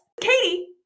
Katie